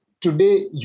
Today